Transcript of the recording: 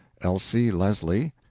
elsie leslie.